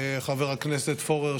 חבר הכנסת פורר,